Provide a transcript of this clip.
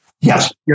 Yes